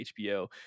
HBO